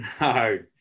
No